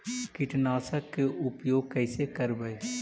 कीटनाशक के उपयोग कैसे करबइ?